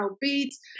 beats